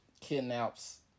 kidnaps